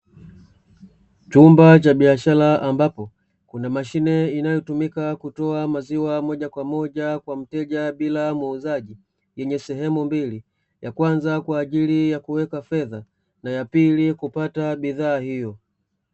Chumba cha biashara ambapo kuna mashine inayotumika kutoa maziwa moja kwa moja kwa mteja bila muuzaji, yenye sehemu mbili ya kwanza kwa ajili ya kuweka fedha na ya pili kupata bidhaa hiyo.